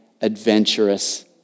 adventurous